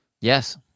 Yes